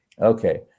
Okay